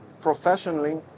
professionally